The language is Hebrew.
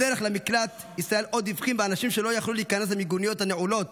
בדרך למקלט ישראל עוד הבחין באנשים שלא יכלו להיכנס למיגוניות הנעולות